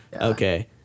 Okay